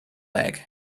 egg